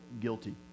guilty